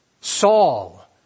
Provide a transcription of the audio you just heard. Saul